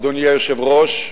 אדוני היושב-ראש,